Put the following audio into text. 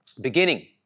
Beginning